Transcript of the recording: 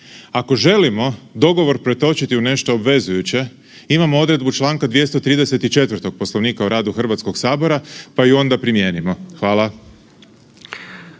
Ako želimo dogovor pretočiti u nešto obvezujuće imamo odredbu čl. 234. Poslovnika o radu HS, pa ju onda primijenimo. Hvala.